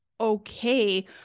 okay